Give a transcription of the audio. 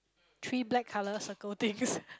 three black colour circle things